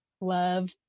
love